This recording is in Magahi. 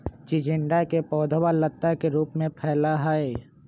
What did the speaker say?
चिचिंडा के पौधवा लता के रूप में फैला हई